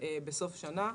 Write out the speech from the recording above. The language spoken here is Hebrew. בסוף השנה,